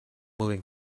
moving